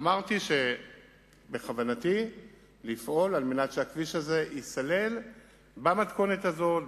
אמרתי שבכוונתי לפעול על מנת שהכביש הזה ייסלל במתכונת הזאת,